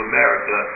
America